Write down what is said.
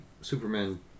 Superman